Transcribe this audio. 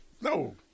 No